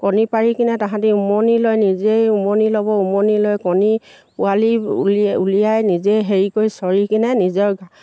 কণী পাৰি কিনে তাহাঁতি উমনি লৈ নিজেই উমনি ল'ব উমনি লৈ কণী পোৱালি উলিয়াই নিজেই হেৰি কৰি চৰি কিনে নিজৰ